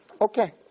Okay